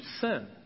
sin